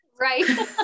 Right